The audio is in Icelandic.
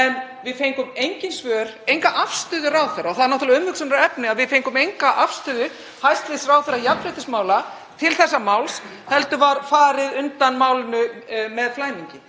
En við fengum engin svör, enga afstöðu ráðherra. Það er náttúrlega umhugsunarefni að við fengum enga afstöðu hæstv. ráðherra jafnréttismála til þessa máls heldur var farið undan í flæmingi.